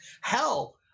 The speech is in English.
Hell